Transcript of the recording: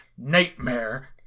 nightmare